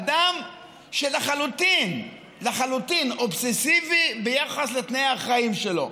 אדם שלחלוטין אובססיבי ביחס לתנאי החיים שלו.